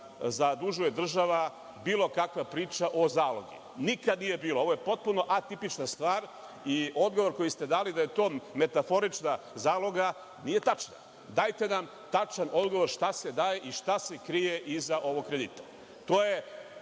zadužuje država bilo kakva priča o zalogi, nikad nije bilo. Ovo je potpuno atipična stvar i odgovor koji ste dali da je to metaforična zaloga nije tačna. Dajte nam tačan odgovor šta se daje i šta se krije iza ovog kredita. To